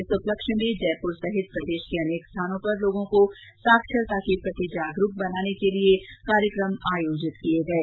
इस उपलक्ष्य में जयपुर सहित प्रदेश के अनेक स्थानों पर लोगों को साक्षरता के प्रति जागरूक बनाने के लिये अनेक कार्यक्रम आयोजित किये गये